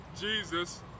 Jesus